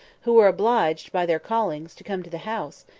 who were obliged, by their callings, to come to the house,